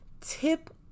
Tip